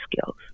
skills